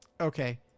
Okay